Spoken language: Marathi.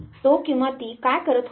तो किंवा ती काय करत होती